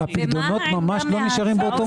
הפיקדונות ממש לא נשארים באותו מצב.